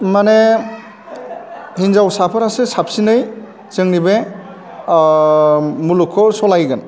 माने हिन्जावसाफोरासो साबसिनै जोंनि बे मुलुगखौ सलायगोन